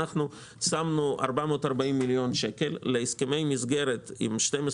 אנחנו שמנו 440 מיליון שקל להסכמי מסגרת עם 12